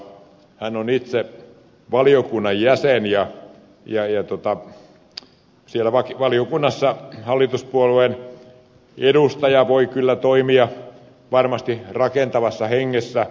hän on itse valiokunnan jäsen ja siellä valiokunnassa hallituspuolueen edustaja voi kyllä toimia varmasti rakentavassa hengessä